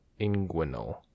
inguinal